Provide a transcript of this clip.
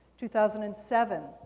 two thousand and seven,